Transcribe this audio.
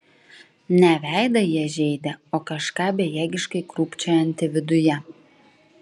ne veidą jie žeidė o kažką bejėgiškai krūpčiojantį viduje